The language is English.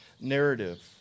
narrative